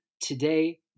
today